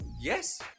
Yes